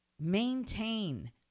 Maintain